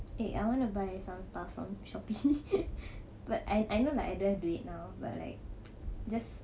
eh I wanna buy some stuff from Shopee but I I know like I don't have duit now but like just